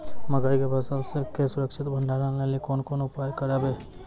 मकई के फसल के सुरक्षित भंडारण लेली कोंन उपाय करबै?